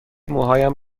موهایم